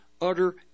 utter